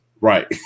Right